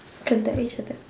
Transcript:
contact each other